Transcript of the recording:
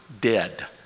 dead